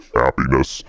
happiness